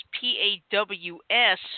P-A-W-S